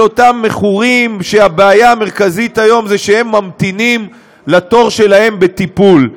אותם מכורים שהבעיה המרכזית היום זה שהם ממתינים לתור שלהם בטיפול,